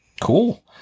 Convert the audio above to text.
Cool